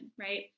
right